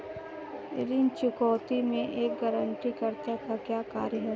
ऋण चुकौती में एक गारंटीकर्ता का क्या कार्य है?